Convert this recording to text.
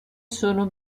sono